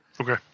Okay